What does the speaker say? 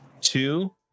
two